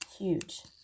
huge